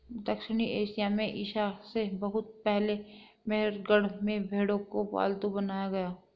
दक्षिण एशिया में ईसा से बहुत पहले मेहरगढ़ में भेंड़ों को पालतू बनाया गया